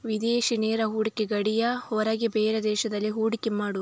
ವಿದೇಶಿ ನೇರ ಹೂಡಿಕೆ ಗಡಿಯ ಹೊರಗೆ ಬೇರೆ ದೇಶದಲ್ಲಿ ಹೂಡಿಕೆ ಮಾಡುದು